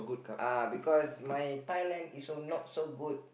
uh because my Thailand is so not so good